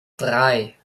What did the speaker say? drei